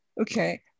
Okay